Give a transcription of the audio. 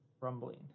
rumbling